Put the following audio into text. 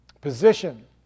position